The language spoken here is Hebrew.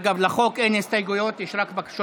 אגב, לחוק אין הסתייגויות,